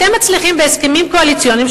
אתם מצליחים בהסכמים קואליציוניים,